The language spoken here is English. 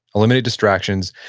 eliminate distractions,